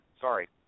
Sorry